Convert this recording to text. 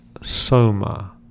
Soma